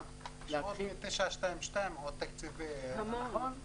------ עוד תקציב --- נכון.